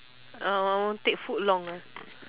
oh take food long ah